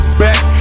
back